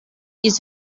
ist